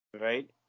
right